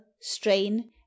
strain